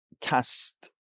cast